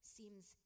seems